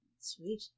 Sweet